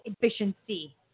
efficiency